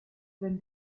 wenn